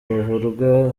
bavurwe